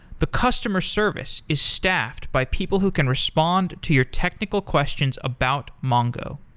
the customer service is staffed by people who can respond to your technical questions about mongo.